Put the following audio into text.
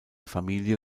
familie